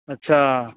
ਅੱਛਾ